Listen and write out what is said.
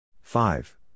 Five